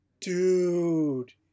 dude